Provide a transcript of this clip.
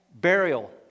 burial